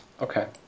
Okay